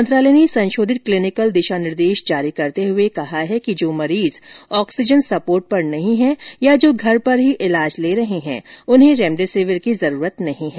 मंत्रालय ने संशोधित क्लिनिकल दिशा निर्देश जारी करते हुए कहा है कि जो मरीज ऑक्सीजन सपोर्ट पर नहीं है या जो घर पर ही इलाज ले रहे हैं उन्हें रेमडेसिविर की जरूरत नहीं है